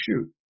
shoot